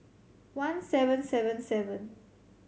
one seven seven seven